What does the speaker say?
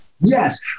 Yes